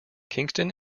kingston